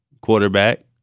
quarterback